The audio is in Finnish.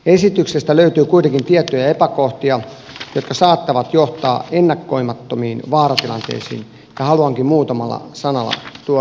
esityksestä löytyy kuitenkin tiettyjä epäkohtia jotka saattavat johtaa ennakoimattomiin vaaratilanteisiin ja haluankin muutamalla sanalla tuoda niitä esille